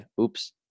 Oops